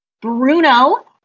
Bruno